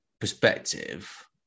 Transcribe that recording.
perspective